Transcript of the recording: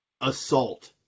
assault